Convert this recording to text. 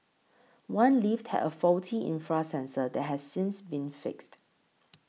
one lift had a faulty infrared sensor that has since been fixed